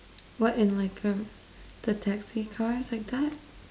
what in like uh the taxi cars like that